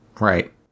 Right